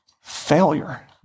Failure